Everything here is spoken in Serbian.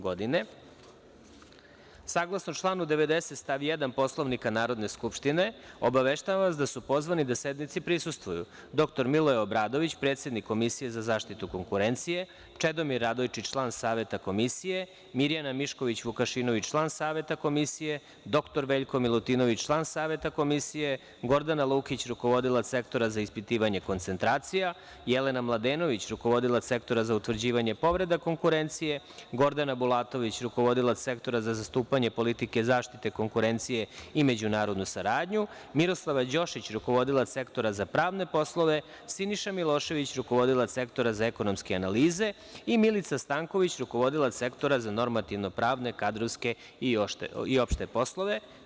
GODINE Saglasno članu 90. stav 1. Poslovnika Narodne skupštine, obaveštavam vas da su pozvani da sednici prisustvuju dr Miloje Obradović, predsednik Komisije za zaštitu konkurencije, Čedomir Radojčić, član Saveta Komisije, Mirjana Mišković Vukašinović, član Saveta Komisije, dr Veljko Milutinović, član Saveta Komisije, Gordana Lukić, rukovodilac Sektora za ispitivanje koncentracija, Jelena Mladenović, rukovodilac Sektora za utvrđivanje povreda konkurencije, Gordana Bulatović, rukovodilac Sektora za zastupanje politike zaštite konkurencije i međunarodnu saradnju, Miroslava Đošić, rukovodilac Sektora za pravne poslove, Siniša Milošević, rukovodilac Sektora za ekonomske analize i Milica Stanković, rukovodilac Sektora za normativno-pravne, kadrovske i opšte poslove.